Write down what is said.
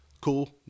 cool